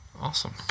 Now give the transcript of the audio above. Awesome